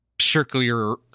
circular